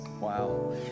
Wow